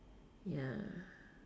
ya